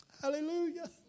Hallelujah